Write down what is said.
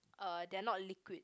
uh they're not liquid